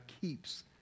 keeps